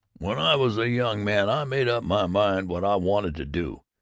when i was a young man i made up my mind what i wanted to do,